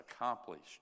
accomplished